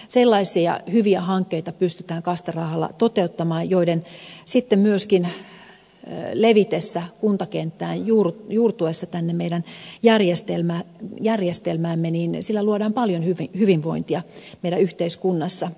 sellaisia hyviä hankkeita pystytään kaste rahalla toteuttamaan joiden sitten myöskin levitessä kuntakenttään juurtuessa tänne meidän järjestelmäämme sillä luodaan paljon hyvinvointia meidän yhteiskunnassamme